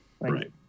Right